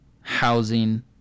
housing